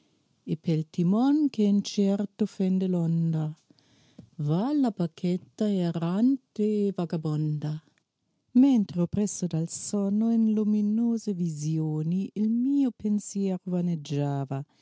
e pel timon che incerto fende l'onda va la barchetta errante e vagabonda mentre oppresso dal sonno in luminose visioni il mio pensiero vaneggiava